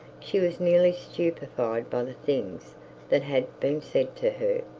she was nearly stupefied by the things that had been said to her.